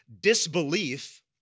disbelief